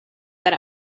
that